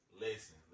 Listen